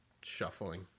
Shuffling